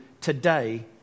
today